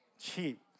cheap